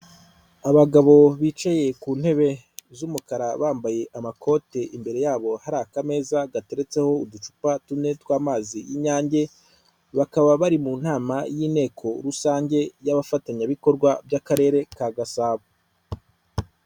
Abagabo bicaye ku ntebe z'umukara bambaye amakote, imbere yabo hari akameza gateretseho uducupa tune tw'amazi y'inyange. Bakaba bari mu nama y'inteko rusange y'abafatanyabikorwa by'Akarere ka Gasabo.